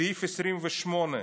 סעיף 28: